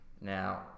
now